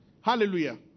Hallelujah